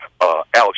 Alex